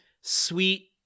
sweet